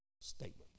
statement